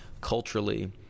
culturally